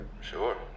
Sure